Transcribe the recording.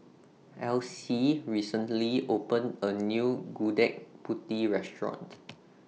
Alcee recently opened A New Gudeg Putih Restaurant